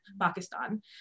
Pakistan